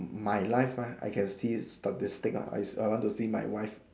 my life right I can see statistic lah is around to see my wife